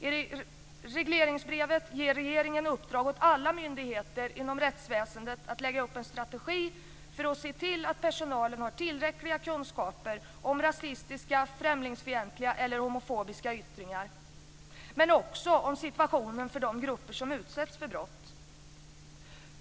I regleringsbrevet ger regeringen i uppdrag åt alla myndigheter inom rättsväsendet att lägga upp en strategi för att se till att personalen har tillräckliga kunskaper om rasistiska, främlingsfientliga eller homofobiska yttringar. Men också om situationen för de grupper som utsätts för brott.